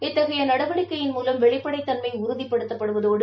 இத்தகைய நடவடிக்கையின் மூலம் வெளிப்படைத் தன்மை உறுதிப்படுத்தப்படுவதோடு